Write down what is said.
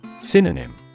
Synonym